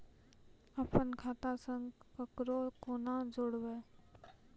अपन खाता संग ककरो कूना जोडवै?